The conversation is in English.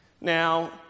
Now